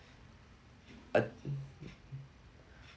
I